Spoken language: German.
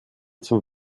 zum